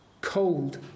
cold